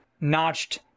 Notched